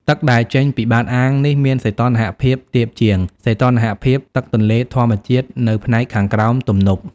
ទឹកដែលចេញពីបាតអាងនេះមាន សីតុណ្ហភាពទាបជាង សីតុណ្ហភាពទឹកទន្លេធម្មជាតិនៅផ្នែកខាងក្រោមទំនប់។